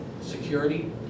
security